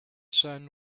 son